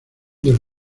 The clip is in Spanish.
del